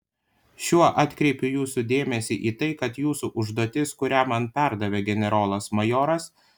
šiuo atkreipiu jūsų dėmesį į tai kad jūsų užduotis kurią man perdavė generolas majoras